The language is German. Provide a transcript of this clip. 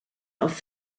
auf